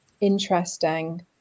Interesting